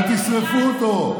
אל תשרפו אותו,